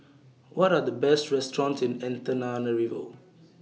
What Are The Best restaurants in Antananarivo